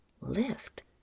lift